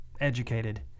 educated